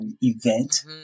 event